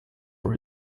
for